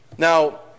Now